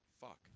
Fuck